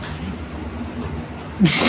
ನನ್ನ ಲೋನ್ ಎಷ್ಟು ಬಾಕಿ ಉಂಟು?